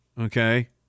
Okay